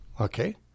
Okay